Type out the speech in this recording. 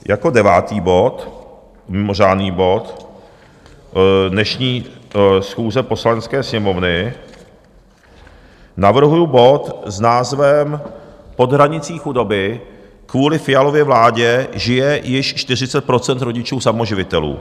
Jako devátý bod, mimořádný bod dnešní schůze Poslanecké sněmovny navrhuju bod s názvem Pod hranicí chudoby kvůli Fialově vládě žije již 40 % rodičů samoživitelů.